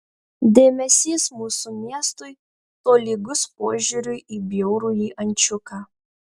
dėmesys mūsų miestui tolygus požiūriui į bjaurųjį ančiuką